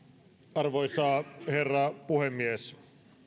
arvoisa herra puhemies